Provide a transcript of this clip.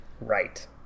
right